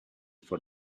for